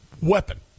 weapon